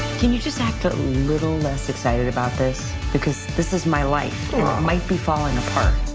can you just act a little less excited about this. because this is my life might be falling apart.